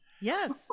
Yes